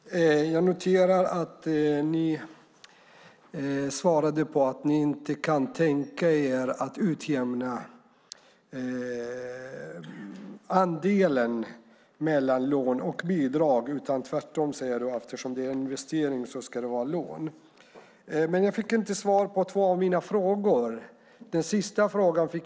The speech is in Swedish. Herr talman! Jag noterar att ni har svarat att ni inte kan tänka er att utjämna mellan andelen lån och andelen bidrag. Tvärtom säger du, Oskar Öholm, att det eftersom det är en investering ska vara lån. Två av mina frågor fick jag inte svar på.